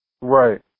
Right